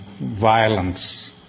violence